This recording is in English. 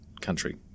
country